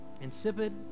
insipid